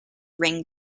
ring